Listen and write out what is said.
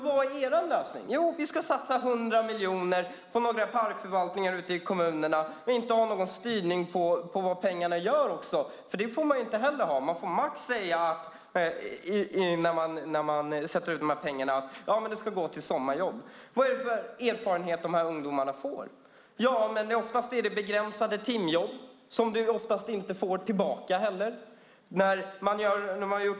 Vad är er lösning? Jo, vi ska satsa 100 miljoner på några parkförvaltningar ute i kommunerna och inte ha någon styrning på vad pengarna gör. Det får man nämligen inte heller ha; när man sätter ut pengarna får man max säga att de ska gå till sommarjobb. Vad är det för erfarenhet de här ungdomarna får? Oftast är det begränsade timjobb som ungdomarna oftast inte heller får tillbaka.